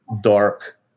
dark